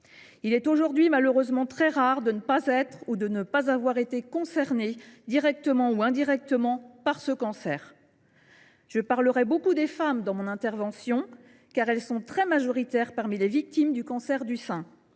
Il est aujourd’hui très rare de ne pas être ou de ne pas avoir été concerné plus ou moins directement par ce type de cancer. Je parlerai beaucoup des femmes dans mon intervention, car elles sont très majoritaires parmi les victimes du cancer du sein,